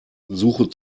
suche